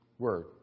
Word